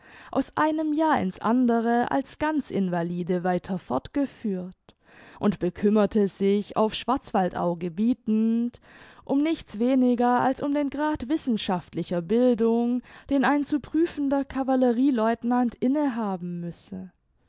aus einem jahr in's andere als ganz invalide weiter fortgeführt und bekümmerte sich auf schwarzwaldau gebietend um nichts weniger als um den grad wissenschaftlicher bildung den ein zu prüfender cavallerie lieutenant inne haben müsse